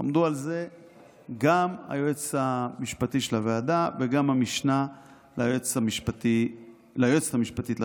עמדו על זה גם היועץ המשפטי של הוועדה וגם המשנה ליועצת המשפטית לממשלה.